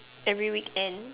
every weekend